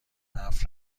هفت